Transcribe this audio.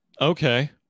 Okay